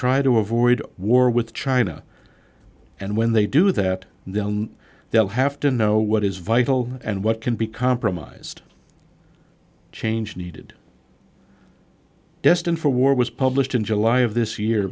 try to avoid war with china and when they do that then they'll have to know what is vital and what can be compromised changes needed destined for war was published in july of this year